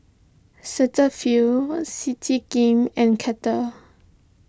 Cetaphil Citigem and Kettle